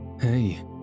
Hey